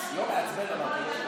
לא מעצבן, אמרתי,